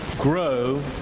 grow